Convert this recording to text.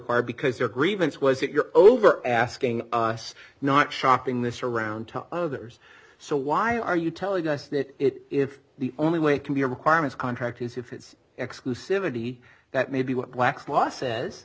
d because your grievance was that you're over asking us not shopping this around to others so why are you telling us that it if the only way it can be a requirement contract is if it's exclusivity that may be what black's law says